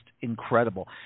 incredible